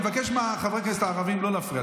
אני מבקש מחברי הכנסת הערבים לא להפריע.